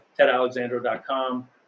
tedalexandro.com